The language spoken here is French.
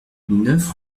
neuf